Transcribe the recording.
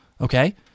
Okay